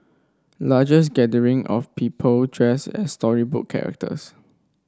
largest gathering of people dressed as storybook characters